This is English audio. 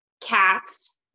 cats